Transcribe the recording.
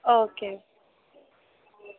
okay